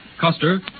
Custer